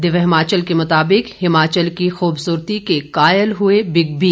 दिव्य हिमाचल के मुताबिक हिमाचल की खूबसूरती के कायल हुए बिग बी